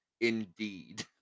indeed